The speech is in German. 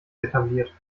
etabliert